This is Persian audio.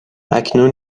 اکنون